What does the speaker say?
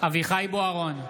אביחי אברהם בוארון,